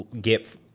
get